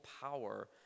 power